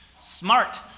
smart